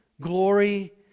glory